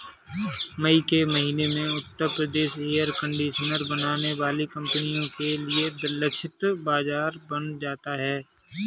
मई के महीने में उत्तर प्रदेश एयर कंडीशनर बनाने वाली कंपनियों के लिए लक्षित बाजार बन जाता है